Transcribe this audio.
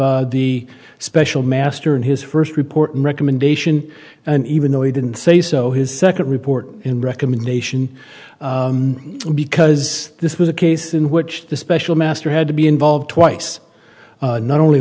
of the special master in his first report and recommendation and even though he didn't say so his second report in recommendation because this was a case in which the special master had to be involved twice not only